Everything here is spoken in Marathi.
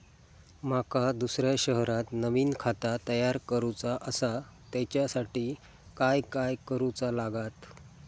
माका दुसऱ्या शहरात नवीन खाता तयार करूचा असा त्याच्यासाठी काय काय करू चा लागात?